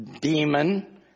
demon